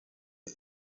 des